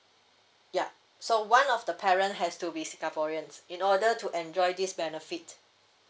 yup so one of the parent has to be singaporeans in order to enjoy this benefit